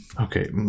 Okay